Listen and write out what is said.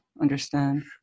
understand